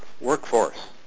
workforce